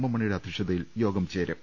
M Mani യുടെ അധ്യക്ഷതയിൽ യോഗം ചേരും